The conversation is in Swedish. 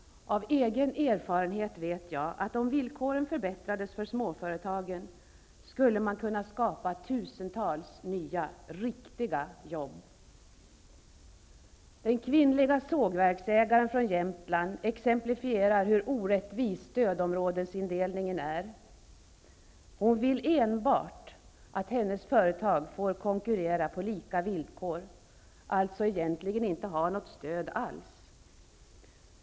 Av egen erfarenhet vet jag att man, om villkoren förbättrades för småföretagen, skulle kunna skapa tusentals nya, riktiga jobb. En kvinnlig sågverksägare från Jämtland är ett exempel på hur orättvis stödområdesindelningen är. Den här kvinnan vill enbart att hennes företag får konkurrera på lika villkor -- egentligen skulle det alltså inte vara något stöd alls.